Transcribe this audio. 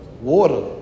Water